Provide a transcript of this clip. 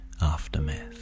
aftermath